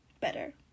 better